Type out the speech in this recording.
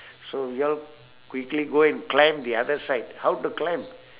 so we all quickly go and climb the other side how to climb